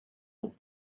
was